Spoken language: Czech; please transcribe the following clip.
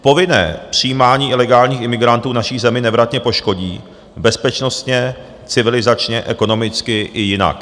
Povinné přijímání ilegálních imigrantů naši zemi nevratně poškodí bezpečnostně, civilizačně, ekonomicky i jinak.